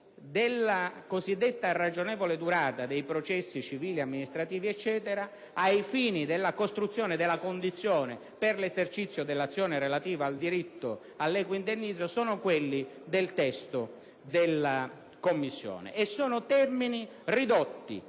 della cosiddetta ragionevole durata dei processi civili, amministrativi, eccetera, ai fini della costruzione della condizione per l'esercizio dell'azione relativa al diritto all'equo indennizzo, sono quelli del testo della Commissione. Si tratta di termini ridotti